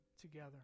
together